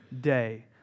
day